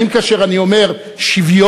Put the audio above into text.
אם כאשר אני אומר "שוויון"